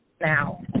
now